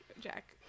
Jack